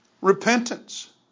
repentance